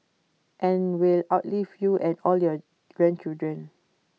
and will outlive you and all your grandchildren